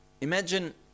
imagine